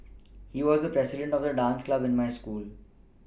he was the president of the dance club in my school